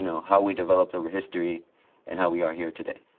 you know how we developed our history and how we are here today.